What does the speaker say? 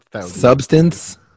Substance